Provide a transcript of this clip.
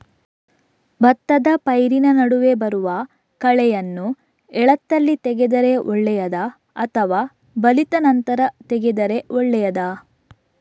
ಭತ್ತದ ಪೈರಿನ ನಡುವೆ ಬರುವ ಕಳೆಯನ್ನು ಎಳತ್ತಲ್ಲಿ ತೆಗೆದರೆ ಒಳ್ಳೆಯದಾ ಅಥವಾ ಬಲಿತ ನಂತರ ತೆಗೆದರೆ ಒಳ್ಳೆಯದಾ?